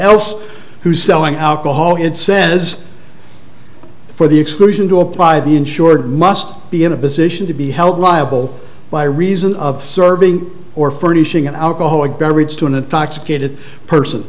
else who's selling alcohol it says for the exclusion to apply the insured must be in a position to be held liable by reason of serving or furnishing an alcoholic